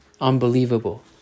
unbelievable